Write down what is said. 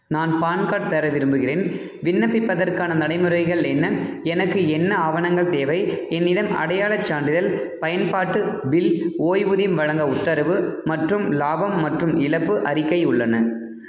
நான் PAN card பெற விரும்புகிறேன் விண்ணப்பிப்பதற்கான நடைமுறைகள் என்ன எனக்கு என்ன ஆவணங்கள் தேவை என்னிடம் அடையாளச் சான்றிதழ் பயன்பாட்டு பில் ஓய்வூதியம் வழங்க உத்தரவு மற்றும் லாபம் மற்றும் இழப்பு அறிக்கை உள்ளன